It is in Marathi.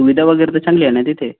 सुविधा वगैरे तर चांगली आहे ना तिथे